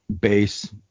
base